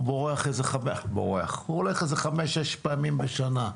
הוא הולך חמש-שש פעמים בשנה.